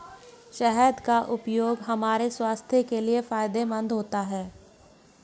शहद का उपयोग हमारे स्वास्थ्य के लिए फायदेमंद होता है